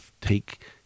take